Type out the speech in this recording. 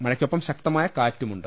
മഴയ്ക്കൊപ്പം ശക്തമായ കാറ്റു മുണ്ട്